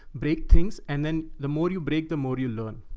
break things. and then the more you break, the more you learn.